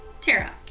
Tara